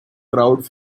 crowd